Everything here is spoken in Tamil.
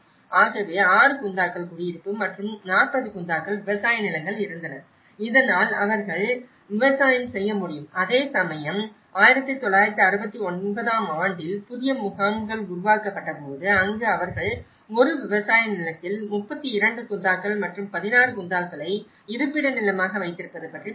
ஆகவே 6 குந்தாக்கள் குடியிருப்பு மற்றும் 40 குந்தாக்கள் விவசாய நிலங்கள் இருந்தன இதனால் அவர்கள் விவசாயம் செய்ய முடியும் அதேசமயம் 1969 ஆம் ஆண்டில் புதிய முகாம்கள் உருவாக்கப்பட்டபோது அங்கு அவர்கள் ஒரு விவசாய நிலத்தில் 32 குந்தாக்கள் மற்றும் 16 குந்தாக்களைப் இருப்பிட நிலமாக வைத்திருப்பது பற்றி பேசினர்